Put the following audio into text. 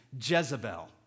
Jezebel